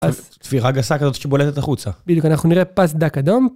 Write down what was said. אז, תפירה גסה כזאת שבולטת החוצה. בדיוק, אנחנו נראה פס דק אדום